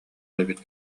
эбит